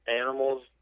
animals